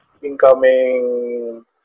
Incoming